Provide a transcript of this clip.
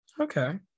Okay